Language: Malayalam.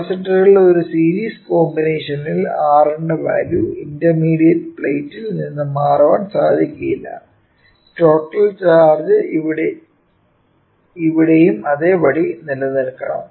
കപ്പാസിറ്ററുകളുടെ ഒരു സീരീസ് കോമ്പിനേഷനിൽ R ന്റെ വാല്യൂ ഇന്റർമീഡിയറ്റ് പ്ലേറ്റിൽ നിന്ന് മാറാൻ സാധിക്കുകയില്ല ടോട്ടൽ ചാർജ് ഇവിടെയും അതേപടി നിലനിൽക്കണം